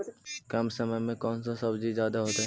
कम समय में कौन से सब्जी ज्यादा होतेई?